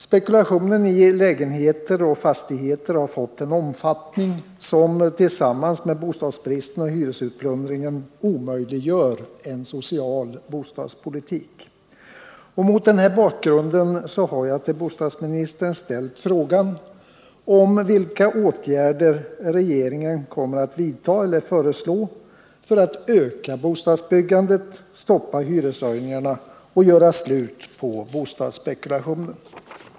Spekulationen i lägenheter och fastigheter har fått en omfattning som tillsammans med bostadsbristen och hyresutplund ringen omöjliggör en social bostadspolitik. Mot denna bakgrund har jag till bostadsministern ställt frågan om vilka åtgärder regeringen kommer att vidta eller föreslå för att öka bostadsbyggandet, stoppa hyreshöjningarna och göra slut på bostadsspekulationen.